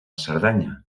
cerdanya